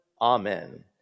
Amen